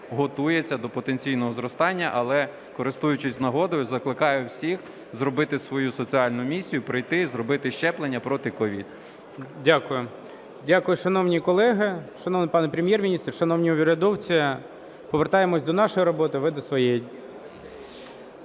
готується до потенційного зростання. Але, користуючись нагодою, закликаю всіх зробити свою соціальну місію – прийти і зробити щеплення проти COVID. ГОЛОВУЮЧИЙ. Дякую. Дякую, шановні колеги, шановний пане Прем’єр-міністр, шановні урядовці. Повертаємося до нашої роботи, а ви до своєї.